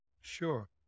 Sure